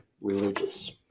religious